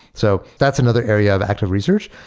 so that's another area of active research.